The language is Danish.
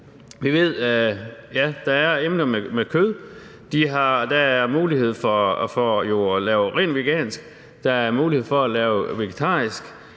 Vi ved, at der er retter med kød, der er mulighed for at lave det rent vegansk, der er mulighed for at lave det vegetarisk,